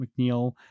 McNeil